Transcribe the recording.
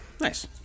nice